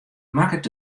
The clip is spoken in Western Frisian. makket